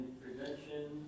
prevention